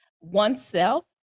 oneself